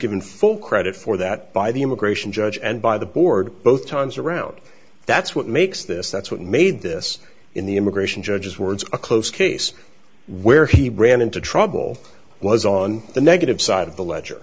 given full credit for that by the immigration judge and by the board both times around that's what makes this that's what made this in the immigration judges words a close case where he ran into trouble was on the negative side of the le